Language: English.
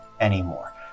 anymore